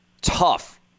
Tough